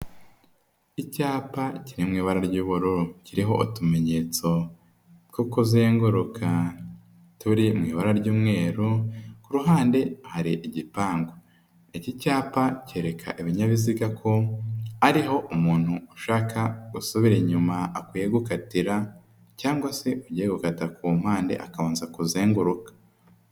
Icyapa kiri mu ibara ry'ubururu kiriho utumenyetso two kuzenguruka turi mu ibara ry'umweru kuhande hari igipangu, iki cyapa kereka ibinyabiziga ko ariho umuntu ushaka gusubira inyuma akwiye gukatira cyangwa se ugiye gukata ku mpande akabanza kuzenguruka.